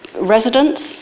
residents